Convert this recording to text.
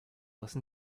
listen